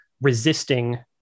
resisting